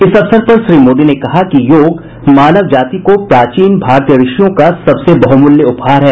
इस अवसर पर श्री मोदी ने कहा कि योग मानव जाति को प्राचीन भारतीय ऋषियों का सबसे बहुमूल्य उपहार है